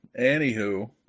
anywho